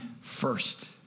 first